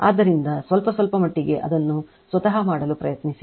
ಆದ್ದರಿಂದ ಸ್ವಲ್ಪ ಸ್ವಲ್ಪಮಟ್ಟಿಗೆ ಅದನ್ನು ಸ್ವತಃ ಮಾಡಲು ಪ್ರಯತ್ನಿಸಿ